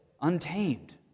untamed